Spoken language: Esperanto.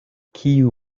kiu